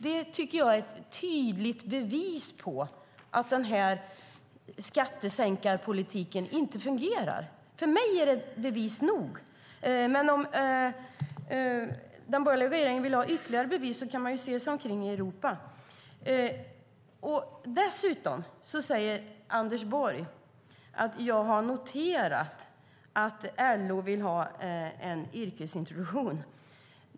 Jag tycker att det är ett tydligt bevis på att denna skattesänkarpolitik inte fungerar. För mig är det bevis nog. Men om den borgerliga regeringen vill ha ytterligare bevis kan den se sig omkring i Europa. Dessutom säger Anders Borg att han har noterat att LO vill ha en yrkesintroduktion.